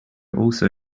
also